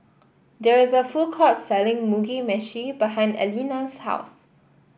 there is a food court selling Mugi Meshi behind Eleni's house